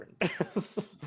different